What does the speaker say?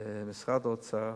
משרד האוצר,